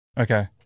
Okay